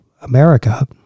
America